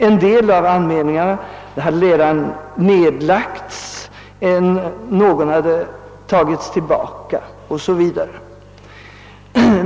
En del av anmälningarna hade tagits tillbaka och en del ärenden nedlagts o.s.v.